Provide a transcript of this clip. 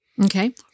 Okay